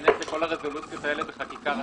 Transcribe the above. ניכנס בדיוק לכל הרזולוציות האלה בחקיקה ראשית.